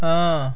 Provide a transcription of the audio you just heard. اۭں